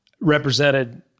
represented